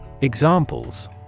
Examples